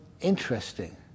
interesting